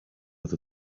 with